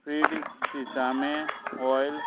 freed sesame oil